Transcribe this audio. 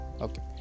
Okay